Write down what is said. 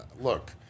Look